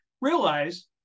realize